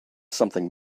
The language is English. something